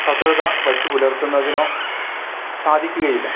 ശത്രുത വച്ച് പുലർത്തുന്നതിനോ സാധിക്കുകയില്ല